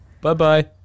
Bye-bye